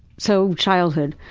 so childhood.